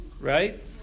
right